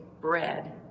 bread